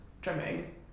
drumming